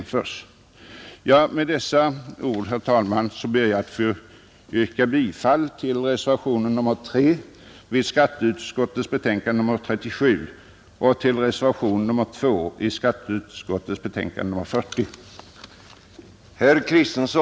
Med dessa ord, herr talman, ber jag att få yrka bifall till reservationen 3 vid skatteutskottets betänkande nr 37 och till reservationen 2 vid skatteutskottets betänkande nr 40.